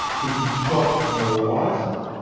we can shop more wisely.